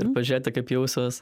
ir pažiūrėti kaip jausiuos